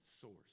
source